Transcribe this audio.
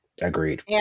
Agreed